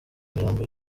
mirambo